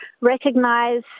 recognize